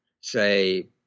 say